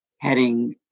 heading